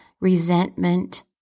resentment